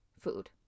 food